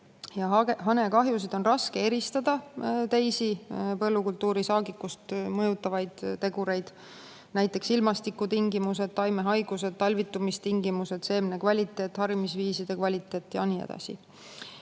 Hanekahjusid on raske eristada teiste põllukultuuri saagikust mõjutavate tegurite [mõjust], näiteks ilmastikutingimused, taimehaigused, talvitumistingimused, seemne kvaliteet, harimisviiside kvaliteet ja nii edasi.